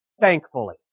thankfully